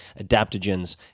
adaptogens